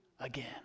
again